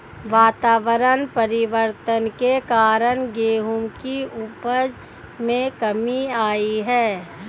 वातावरण परिवर्तन के कारण गेहूं की उपज में कमी आई है